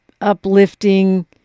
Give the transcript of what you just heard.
uplifting